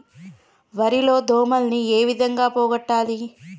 వరి లో దోమలని ఏ విధంగా పోగొట్టాలి?